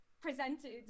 presented